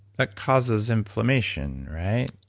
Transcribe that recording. that causes inflammation, right?